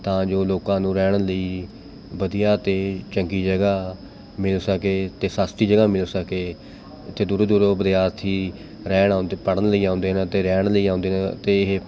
ਤਾਂ ਜੋ ਲੋਕਾਂ ਨੂੰ ਰਹਿਣ ਲਈ ਵਧੀਆ ਅਤੇ ਚੰਗੀ ਜਗ੍ਹਾ ਮਿਲ ਸਕੇ ਅਤੇ ਸਸਤੀ ਜਗ੍ਹਾ ਮਿਲ ਸਕੇ ਇੱਥੇ ਦੂਰੋਂ ਦੂਰੋਂ ਵਿਦਿਆਰਥੀ ਰਹਿਣ ਆਉਂਦੇ ਪੜ੍ਹਨ ਲਈ ਆਉਂਦੇ ਨੇ ਅਤੇ ਰਹਿਣ ਲਈ ਆਉਂਦੇ ਨੇ ਅਤੇ ਇਹ